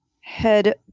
head